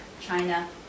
China